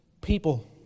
people